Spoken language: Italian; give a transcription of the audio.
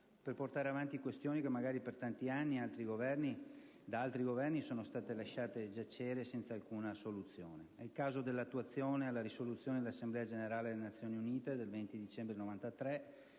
per portare avanti questioni che magari per tanti anni da altri Governi sono state lasciate giacere senza alcuna soluzione. È il caso dell'attuazione alla risoluzione dell'Assemblea Generale delle Nazioni Unite del 20 dicembre 1993,